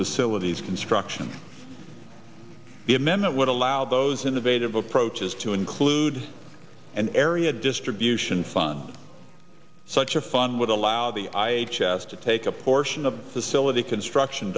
facilities construction the amendment would allow those innovative approaches to include an area distribution fund such a fun with allow the i asked to take a portion of facility construction